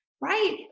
Right